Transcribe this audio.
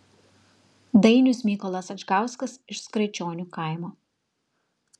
dainius mykolas adžgauskas iš skraičionių kaimo